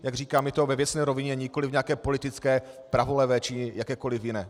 Jak říkám, je to ve věcné rovině, nikoliv v politické pravolevé či jakékoliv jiné.